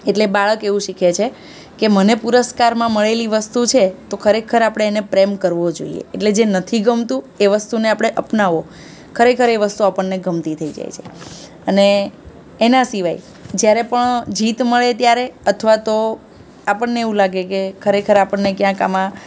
એટલે બાળક એવું શીખે છે કે કે મને પુરસ્કારમાં મળેલી વસ્તુ છે તો ખરેખર આપણે એને પ્રેમ કરવો જોઈએ એટલે જે નથી ગમતું એ વસ્તુને આપણે અપનાવો ખરેખર એ વસ્તુ આપણને ગમતી થઈ જાય છે અને એના સિવાય જ્યારે પણ જીત મળે ત્યારે અથવા તો આપણને એવું લાગે કે ખરેખર આપણને ક્યાંક આમાં